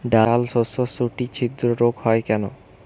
ডালশস্যর শুটি ছিদ্র রোগ হয় কেন?